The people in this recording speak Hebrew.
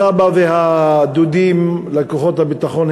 הסבא והדודים לכוחות הביטחון,